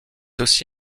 aussi